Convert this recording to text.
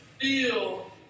feel